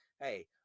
hey